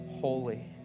holy